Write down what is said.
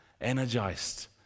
energized